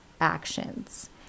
actions